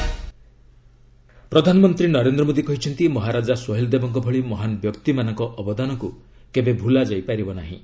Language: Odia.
ପିଏମ୍ ପ୍ରଧାନମନ୍ତ୍ରୀ ନରେନ୍ଦ ମୋଦୀ କହିଛନ୍ତି ମହାରାଜା ସୋହେଲ ଦେବଙ୍କ ଭଳି ମହାନ୍ ବ୍ୟକ୍ତିମାନଙ୍କ ଅବଦାନକୁ କେବେ ଭୁଲାଯାଇ ପାରିବ ନାହିଁ